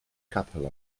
capel